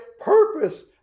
purpose